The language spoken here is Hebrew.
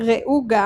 ראו גם